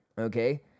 okay